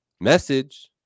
Message